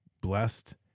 blessed